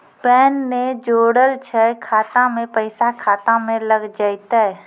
Pan ने जोड़लऽ छै खाता मे पैसा खाता मे लग जयतै?